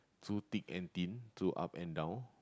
through thick and thin through up and down